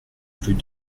plus